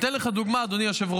אתן לך דוגמה, אדוני היושב-ראש.